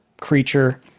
creature